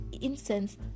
incense